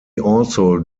also